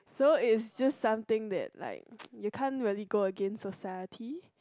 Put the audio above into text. so it's just something that like you can't really go against society